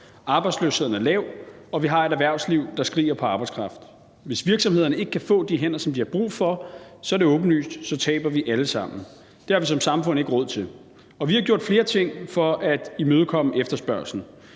arbejdsløsheden er lav og vi har et erhvervsliv, der skriger på arbejdskraft. Hvis virksomhederne ikke kan få de hænder, som de har brug for, så er det åbenlyst, at vi alle sammen taber. Det har vi som samfund ikke råd til, og vi har gjort flere ting for at imødekomme efterspørgslen.